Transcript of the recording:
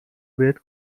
بهت